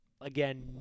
again